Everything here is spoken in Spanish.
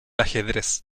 ajedrez